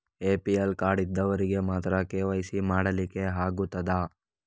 APL card ಇದ್ದವರಿಗೆ ಮಾತ್ರ KYC ಮಾಡಲಿಕ್ಕೆ ಆಗುತ್ತದಾ?